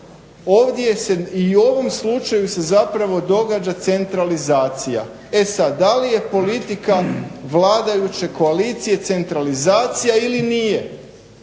ovdje se i u ovom slučaju se zapravo događa centralizacija. E sad, da li je politika vladajuće koalicije centralizacija ili nije?